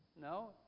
No